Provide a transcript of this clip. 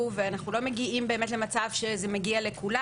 ואנחנו לא מגיעים למצב שזה מגיע לכולם.